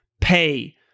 pay